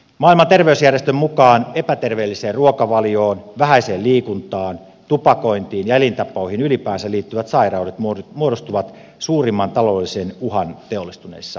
maailman terveysjärjestön mukaan epäterveelliseen ruokavalioon vähäiseen liikuntaan tupakointiin ja elintapoihin ylipäänsä liittyvät sairaudet muodostavat suurimman taloudellisen uhan teollistuneissa maissa